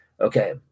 Okay